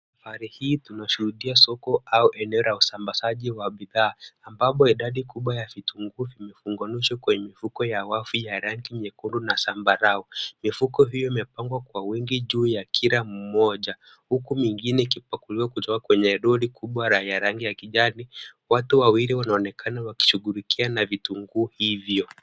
Safari hii tunashuhudia soko au eneo la usambazaji wa bidhaa ambapo idadi kubwa ya vitunguu vimefunganishwa kwenye mifuko ya wavu nyekundu na zambarau. Mifuko hiyo imepangwa kwa wingi juu ya kila mmoja huku mingine ikipakuliwa kutoka kwenye lori kubwa la rangi ya kijani. Watu wawili wanaonekana wakishughulikia na vitunguu hivyo.